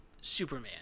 Superman